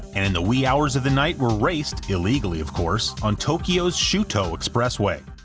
and in the wee hours of the night were raced, illegally of course, on tokyo's shuto expressway.